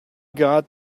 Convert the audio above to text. got